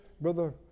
Brother